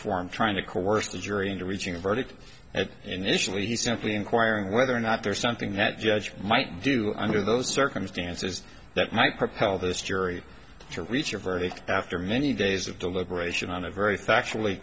form trying to coerce the jury into reaching a verdict initially he simply inquiring whether or not there is something that judge might do under those circumstances that might propel this jury to reach a verdict after many days of deliberation on a very factually